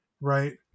right